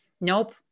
nope